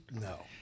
No